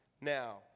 now